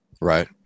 Right